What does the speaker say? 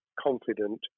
confident